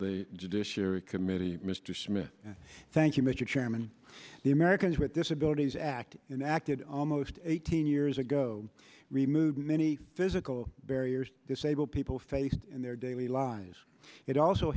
the judiciary committee mr smith thank you mr chairman the americans with disabilities act in acted almost eighteen years ago remove many physical barriers disabled people face in their daily lives it also